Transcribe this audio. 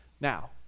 Now